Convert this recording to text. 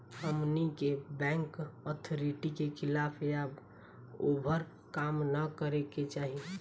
हमनी के bank authority के खिलाफ या ओभर काम न करे के चाही